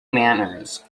manners